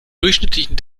durchschnittlichen